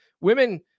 Women